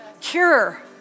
Cure